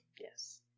Yes